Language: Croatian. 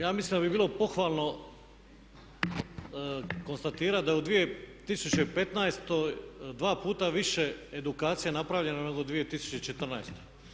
Ja mislim da bi bilo pohvalno konstatirati da je u 2015. dva puta više edukacija napravljeno nego 2014.